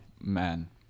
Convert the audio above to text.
man